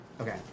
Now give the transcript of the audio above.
Okay